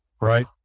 Right